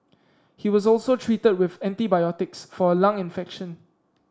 he was also treated with antibiotics for a lung infection